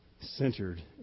centered